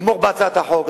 לתמוך בהצעת החוק.